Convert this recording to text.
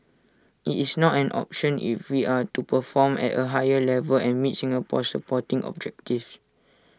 IT is not an option if we are to perform at A higher level and meet Singapore's sporting objectives